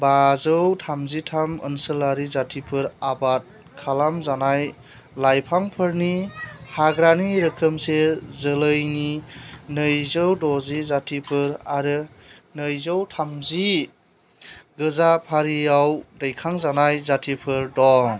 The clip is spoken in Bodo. बाजौ थाजिथाम ओनसोलारि जातिफोर आबाद खालाम जानाय लायफांफोरनि हाग्रानि रोखोमसे जोलैनि नैजौ द'जि जातिफोर आरो नैजौ थामजि गोजा फारियाव दैखांजानाय जातिफोर दं